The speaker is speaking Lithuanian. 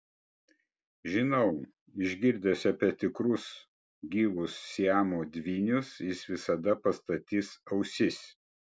žinau išgirdęs apie tikrus gyvus siamo dvynius jis visada pastatys ausis